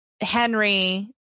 Henry